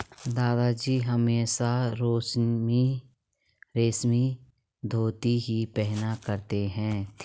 दादाजी हमेशा रेशमी धोती ही पहना करते थे